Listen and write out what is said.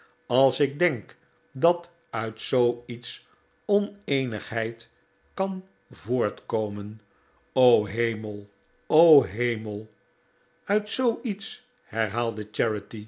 als ik denk dat uit zooiets oneenigheid kan voortkomen o hemel o hemel uit zooiets